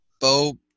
Bo